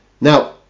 Now